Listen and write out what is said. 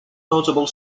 notable